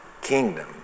kingdom